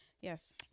Yes